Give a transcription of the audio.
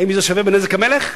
האם זה שווה בנזק המלך?